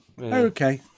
Okay